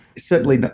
certainly,